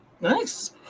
Nice